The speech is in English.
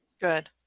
Good